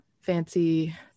fancy